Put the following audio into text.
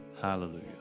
Hallelujah